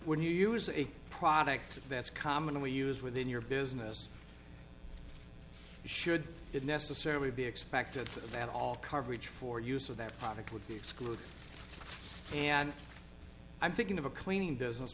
when you use a product that's commonly used within your business should it necessarily be expected that all coverage for use of that product would be good and i'm thinking of a cleaning business